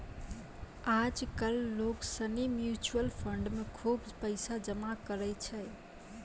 आज कल लोग सनी म्यूचुअल फंड मे खुब पैसा जमा करै छै